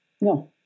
No